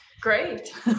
Great